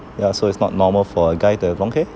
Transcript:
ya so it's not normal for a guy to have long hair